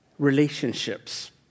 relationships